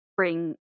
bring